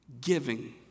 giving